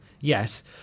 Yes